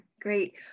Great